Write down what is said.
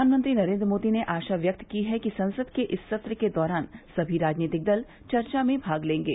प्रधानमंत्री नरेन्द्र मोदी ने आशा व्यक्त की है कि संसद के इस सत्र के दौरान सभी राजनीतिक दल चर्चा में भाग लेंगे